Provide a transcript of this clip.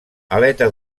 aleta